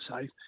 safe